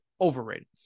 overrated